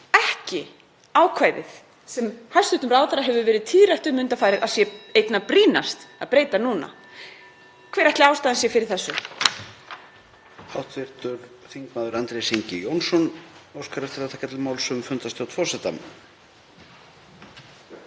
ekki ákvæðið sem hæstv. ráðherra hefur orðið tíðrætt um undanfarið að sé einna brýnast að breyta núna. Hver ætli ástæðan sé fyrir þessu?